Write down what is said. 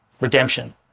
Redemption